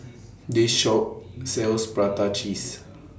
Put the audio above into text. This Shop sells Prata Cheese